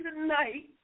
tonight